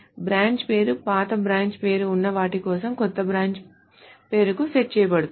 branch పేరు పాత branch పేరు ఉన్న వాటి కోసం కొత్త బ్రాంచ్ పేరుకు సెట్ చేయబడింది